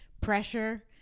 pressure